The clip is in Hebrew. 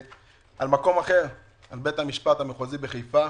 למקום אחר, על בית המשפט המחוזי בחיפה.